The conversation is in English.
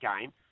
game